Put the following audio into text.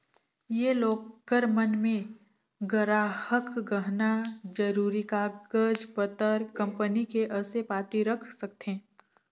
ये लॉकर मन मे गराहक गहना, जरूरी कागज पतर, कंपनी के असे पाती रख सकथें